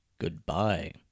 Goodbye